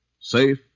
safe